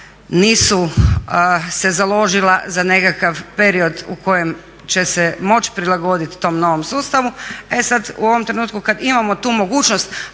nisu se založila za nekakav period u kojem će se moći prilagodit tom novom sustavu, e sad u ovom trenutku kad imamo tu mogućnost,